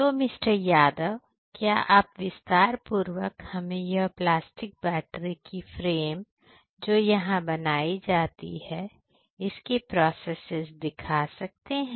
तो मिस्टर यादव क्या आप विस्तार पूर्वक हमें यह प्लास्टिक बैटरी की फ्रेम जो यहां बनाई जाती है इसके प्रोसेसेस दिखा सकते हैं